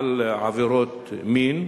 על עבירות מין,